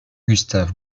gustave